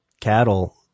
cattle